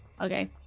Okay